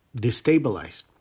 destabilized